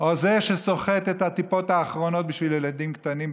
או זה שסוחט את הטיפות האחרונות בשביל ילדים קטנים,